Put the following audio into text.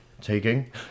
taking